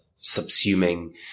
subsuming